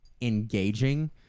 engaging